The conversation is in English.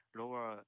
lower